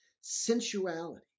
sensuality